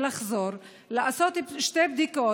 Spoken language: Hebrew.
לחזור ולעשות שתי בדיקות.